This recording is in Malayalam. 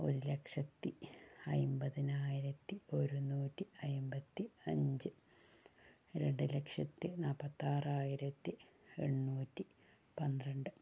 ഒരു ലക്ഷത്തി അൻപതിനായിരത്തി ഒരുന്നൂറ്റി അൻപത്തി അഞ്ച് രണ്ട് ലക്ഷത്തി നാപ്പത്താറായിരത്തി എണ്ണൂറ്റി പന്ത്രണ്ട്